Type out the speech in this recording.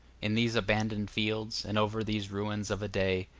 in these abandoned fields, and over these ruins of a day,